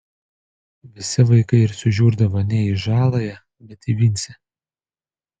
visi vaikai ir sužiurdavo ne į žaląją bet į vincę